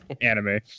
Anime